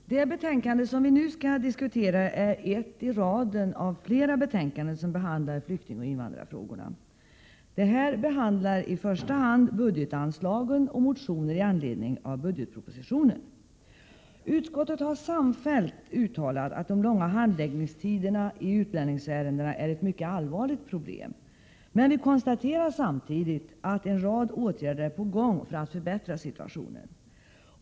Herr talman! Det betänkande som vi nu skall diskutera är ett i raden av flera betänkanden som behandlar flyktingoch invandrarfrågorna. Detta betänkande behandlar i första hand budgetanslagen och motioner i anledning av budgetpropositionen. Utskottet har samfällt uttalat att de långa handläggningstiderna i utlänningsärendena är ett mycket allvarligt problem, men vi konstaterar samtidigt att en rad åtgärder är på gång för att förbättra situationen.